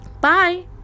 Bye